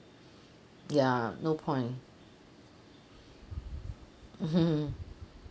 ya no point mmhmm